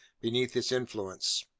beneath its influence,